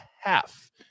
half